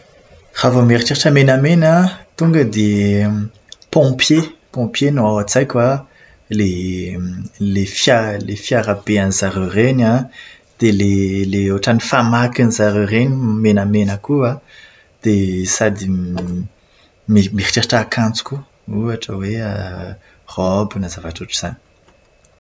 Raha vao mieritreritra menamena an, tonga dia "pompier", "pompier" no ao an-tsaiko an, ilay ilay fiara ilay fiara be an'izareo ireny an. Dia ilay ohatran'ny famakin'izareo ireny menamena koa an, dia sady m- mieritreritra akanjo koa. Ohatra hoe raoby na zavatra ohatr'izany.